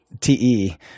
TE